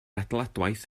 adeiladwaith